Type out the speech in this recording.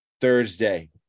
Thursday